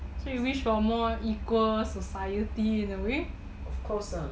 so you wish for more equal society in a way